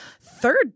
third